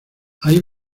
hay